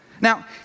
now